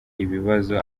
ibibazo